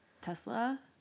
Tesla